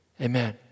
Amen